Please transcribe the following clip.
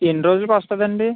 ఎన్ని రోజులకి వస్తుందండి